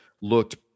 looked